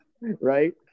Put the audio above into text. Right